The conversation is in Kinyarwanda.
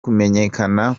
kumenyekana